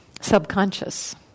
subconscious